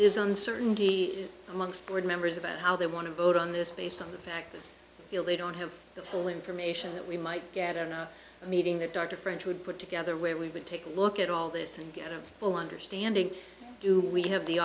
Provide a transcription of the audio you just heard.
there is uncertainty amongst board members about how they want to vote on this based on the fact that feel they don't have the full information that we might get in a meeting that dr french would put together where we would take a look at all this and get a full understanding do we have the